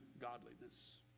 godliness